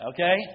Okay